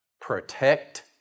Protect